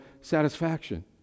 satisfaction